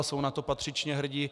Jsou na to patřičně hrdi.